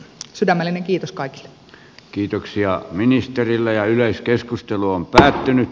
sydämellinen kiitos kaikki kiitoksia ministereillä ja yleiskeskustelu on päättynyt